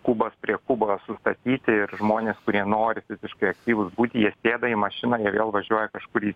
kubas prie kubo sustatyti ir žmonės kurie nori fiziškai aktyvūs būti jie sėda į mašiną jie vėl važiuoja kažkur į